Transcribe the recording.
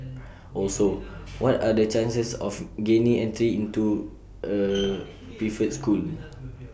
also what are the chances of gaining entry into A preferred school